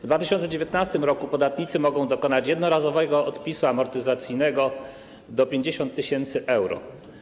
W 2019 r. podatnicy mogą dokonać jednorazowego odpisu amortyzacyjnego do 50 tys. euro.